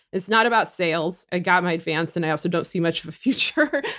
it's not about sales. i got my advance and i also don't see much of a future,